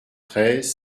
treize